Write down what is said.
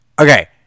Okay